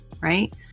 right